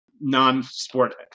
non-sport